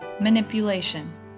manipulation